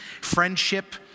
friendship